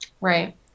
Right